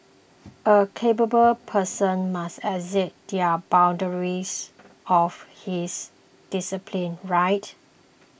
a capable person must exceed the boundaries of his discipline right